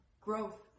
growth